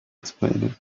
explain